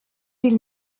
ils